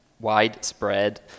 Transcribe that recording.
widespread